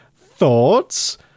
Thoughts